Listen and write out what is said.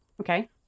Okay